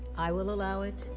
i will allow it.